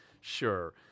Sure